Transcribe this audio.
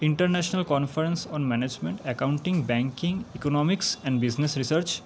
international conference on management accounting banking economics and business research